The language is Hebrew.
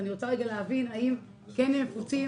אני רוצה להבין האם הם מפוצים